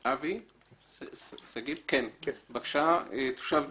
אבי שגב, תושב דימונה.